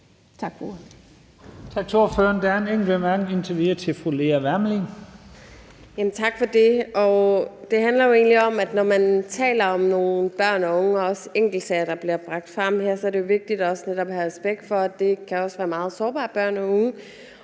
Tak for det. Det handler egentlig om, at når man taler om nogle børn og unge, også i de enkeltsager, der bliver bragt frem her, så er det jo også vigtigt netop at have respekt for, at det kan være meget sårbare børn og unge.